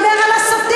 לא דיבר על הסוטים.